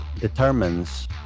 determines